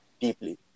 deeply